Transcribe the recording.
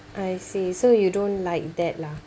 I see so you don't like that lah